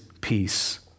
peace